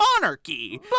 monarchy